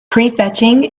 prefetching